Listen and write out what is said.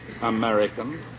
American